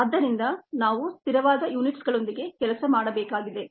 ಆದ್ದರಿಂದ ನಾವು ಸ್ಥಿರವಾದ ಯೂನಿಟ್ಸಗಳೊಂದಿಗೆ ಕೆಲಸ ಮಾಡಬೇಕಾಗಿದೆ